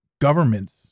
governments